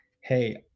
hey